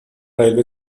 railway